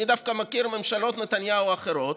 אני דווקא מכיר ממשלות נתניהו אחרות,